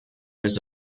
his